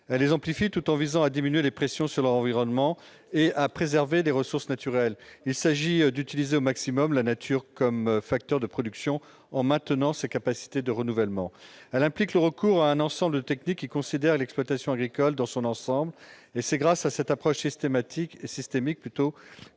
Elle les amplifie, tout en visant à diminuer les pressions sur l'environnement et à préserver les ressources naturelles. Il s'agit d'utiliser au maximum la nature comme facteur de production, en maintenant ses capacités de renouvellement. L'agroécologie implique le recours à un ensemble de techniques qui considèrent l'exploitation agricole dans son ensemble. C'est grâce à cette approche systémique que les